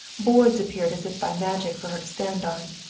boards appeared as if by magic for her to stand on.